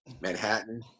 Manhattan